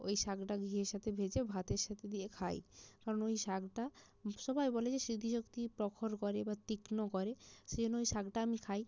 ওই শাকটা ঘিয়ের সাথে ভেজে ভাতের সাথে দিয়ে খাই কারণ ওই শাকটা সবাই বলে যে স্মৃতিশক্তি প্রখর করে বা তীক্ষ্ণ করে সেজন্য সেই শাকটা আমি খাই